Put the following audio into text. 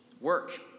work